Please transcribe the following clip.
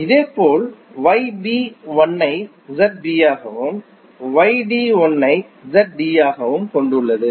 இதேபோல் 1 ஐ ஆகவும் 1 ஐ ஆகவும் கொண்டுள்ளது